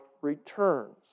returns